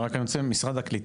רק אני רוצה ממשרד הקליטה,